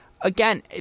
again